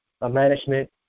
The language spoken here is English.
management